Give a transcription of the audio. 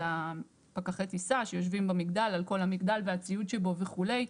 זה פקחי טיסה שיושבים במגדל על כל המגדל והציוד שבו וכו'.